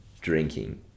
drinking